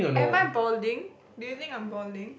am I balding do you think I'm balding